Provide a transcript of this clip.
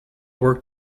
work